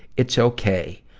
it's okay.